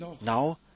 Now